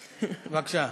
בבקשה.